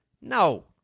No